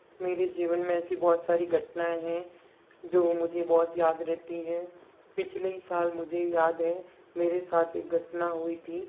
मेरे जीवन में ऐसी बहौत सारी घटनाएं हैं जो मुझे बहुत याद रहती हैं पिछले ही साल मुझे याद है मेरे साथ एक घटना हुई थी